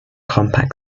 compact